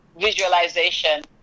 visualization